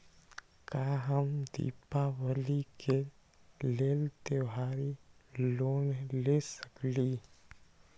का हम दीपावली के लेल त्योहारी लोन ले सकई?